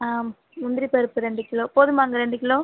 ஆ முந்திரி பருப்பு ரெண்டு கிலோ போதுமாங்க ரெண்டு கிலோ